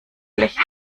licht